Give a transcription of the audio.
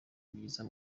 byiza